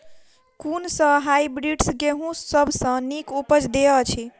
कुन सँ हायब्रिडस गेंहूँ सब सँ नीक उपज देय अछि?